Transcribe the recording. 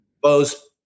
Bo's